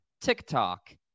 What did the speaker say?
TikTok